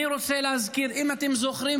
אני רוצה להזכיר: אם אתם זוכרים,